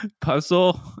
puzzle